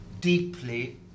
deeply